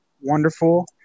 wonderful